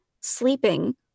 sleeping